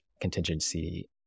contingency